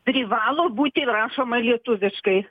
privalo būti rašoma lietuviškai